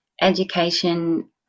education